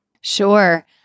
sure